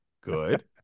Good